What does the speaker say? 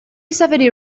safety